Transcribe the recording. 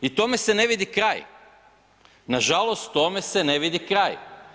I tome se ne vidi kraj, nažalost tome se ne vidi kraj.